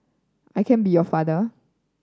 I can be your father